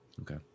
Okay